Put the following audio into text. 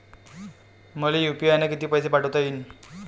मले यू.पी.आय न किती पैसा पाठवता येईन?